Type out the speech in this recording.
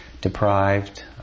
deprived